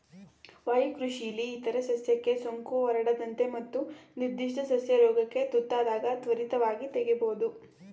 ವಾಯುಕೃಷಿಲಿ ಇತರ ಸಸ್ಯಕ್ಕೆ ಸೋಂಕು ಹರಡದಂತೆ ಮತ್ತು ನಿರ್ಧಿಷ್ಟ ಸಸ್ಯ ರೋಗಕ್ಕೆ ತುತ್ತಾದಾಗ ತ್ವರಿತವಾಗಿ ತೆಗಿಬೋದು